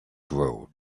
grow